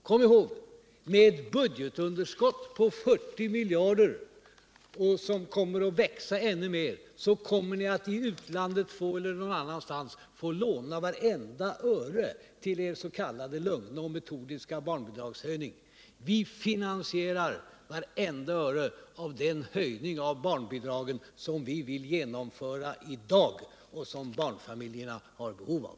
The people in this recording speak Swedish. Kom ihåg att med ett budgetunderskott på 40 miljarder, som kommer att växa ännu mer, kommer ni att i utlandet eller någon annanstans få låna vartenda öre till er s.k. lugna och metodiska barnbidragshöjning. Vi finansierar vartenda öre av den höjning av barnbidraget som vi vill genomföra i dag och som barnfamiljerna har behov av.